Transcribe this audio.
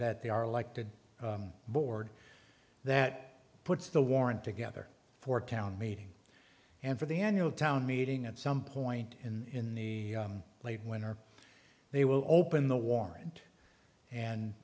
that they are like the board that puts the warrant together for town meeting and for the annual town meeting at some point in the late when or they will open the warrant and